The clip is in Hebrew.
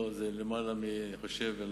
למעלה מ-27,000 בשנה,